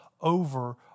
over